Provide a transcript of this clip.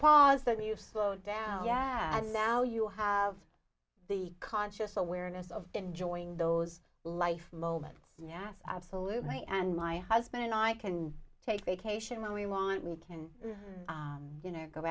pause then you slow down and now you have the conscious awareness of enjoying those life moment yes absolutely and my husband and i can take a vacation when we want we can you know go